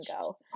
go